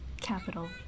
capital